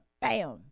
bam